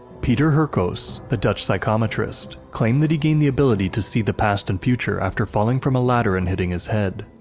peter hurkos, the dutch psychometrist, claimed that he gained the ability to see the past and future after falling from a ladder and hitting his head.